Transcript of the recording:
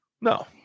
No